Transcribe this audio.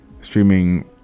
streaming